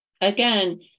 again